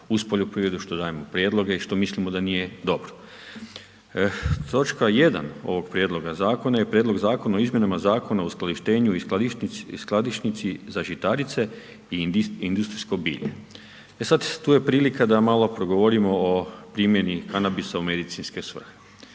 uz poljoprivredu, što dajemo prijedloge i što mislimo da nije dobro. Točka 1. ovog prijedloga Zakona, je prijedlog Zakona o izmjenama Zakona o skladištenju i skladišnici za žitarice i industrijsko bilje. E sada tu je prilika da malo progovorio o primjeni kanabisa u medicinske svrhe.